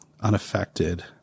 unaffected